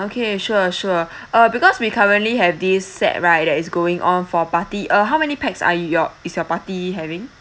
okay sure sure uh because we currently have this set right that is going on for party uh how many pax are your is your party having